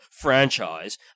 franchise